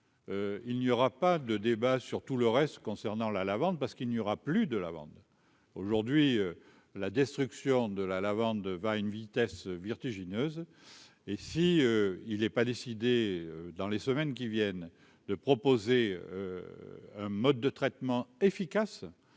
il n'y aura pas de débat sur tout le reste concernant la lavande, parce qu'il n'y aura plus de la bande, aujourd'hui, la destruction de la lavande va à une vitesse vertigineuse et si il est pas décider dans les semaines qui viennent de proposer un mode de traitement efficace